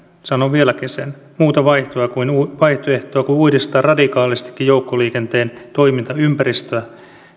sanon vieläkin sen muuta vaihtoehtoa kuin uudistaa radikaalistikin joukkoliikenteen toimintaympäristöä